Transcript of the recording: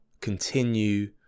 continue